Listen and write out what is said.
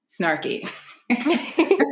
snarky